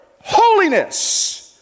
holiness